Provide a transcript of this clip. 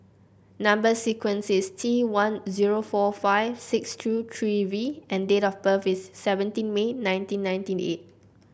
number sequence is T one zero four five six two three V and date of birth is seventeen May nineteen ninety eight